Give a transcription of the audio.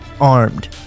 Armed